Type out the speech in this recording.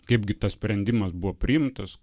kaip gi tas sprendimas buvo priimtas